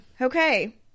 okay